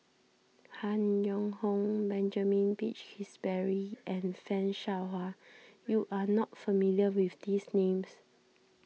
Han Yong Hong Benjamin Peach Keasberry and Fan Shao Hua you are not familiar with these names